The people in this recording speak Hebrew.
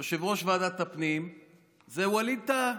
יושב-ראש ועדת הפנים זה ווליד טאהא,